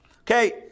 Okay